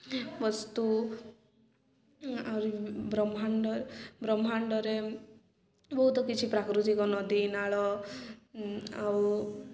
ବସ୍ତୁ ଆହୁରି ବ୍ରହ୍ମାଣ୍ଡ ବ୍ରହ୍ମାଣ୍ଡରେ ବହୁତ କିଛି ପ୍ରାକୃତିକ ନଦୀ ନାଳ ଆଉ